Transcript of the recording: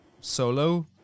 solo